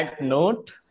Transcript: note